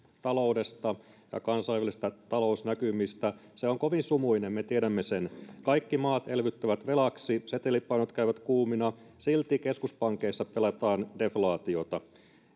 taloudesta ja kansainvälisistä talousnäkymistä ne ovat kovin sumuisia me tiedämme sen kaikki maat elvyttävät velaksi setelipainot käyvät kuumina silti keskuspankeissa pelätään deflaatiota